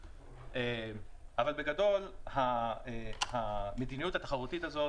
בגדול המדיניות התחרותית הזאת,